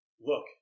Look